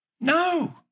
No